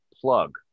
plug